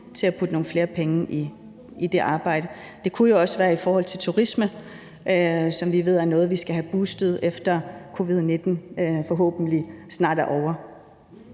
til at putte nogle flere penge i det arbejde. Det kunne jo også være i forhold til turisme, som vi ved er noget, vi skal have boostet, efter at covid-19 forhåbentlig snart er ovre.